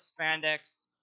spandex